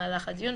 במהלך הדיון,